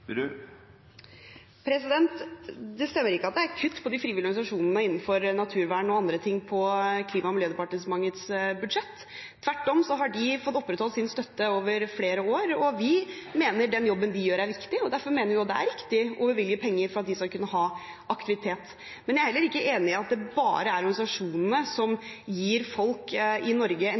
Det stemmer ikke at det er kutt til de frivillige organisasjonene innenfor naturvern og andre ting på Klima- og miljødepartementets budsjett. Tvert om har de fått opprettholdt sin støtte over flere år. Vi mener den jobben de gjør, er viktig, og derfor mener vi det er riktig å bevilge penger for at de skal kunne ha aktivitet. Jeg er heller ikke enig i at det bare er organisasjonene som gir folk i Norge en